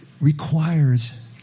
requires